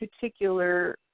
particular